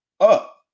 up